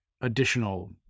additional